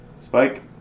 Spike